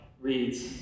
reads